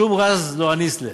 שום רז לא אניס ליה.